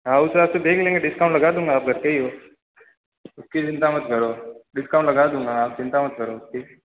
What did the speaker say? Rahul sir आपसे देख लेंगे डिस्काउंट लगा दूँगा आप घर के ही हो उसकी चिंता मत करो डिस्काउंट लगा दूँगा आप चिंता मत करो उसकी